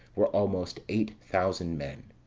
were almost eight thousand men.